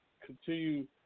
continue